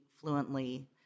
fluently